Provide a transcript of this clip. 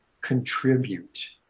contribute